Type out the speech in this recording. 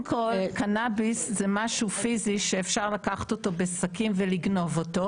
קנאביס זה משהו פיזי שאפשר לקחת אותו בשקים ולגנוב אותו.